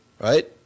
right